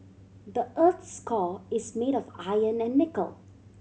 the earth's core is made of iron and nickel